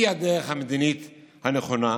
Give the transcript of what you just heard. היא הדרך המדינית הנכונה,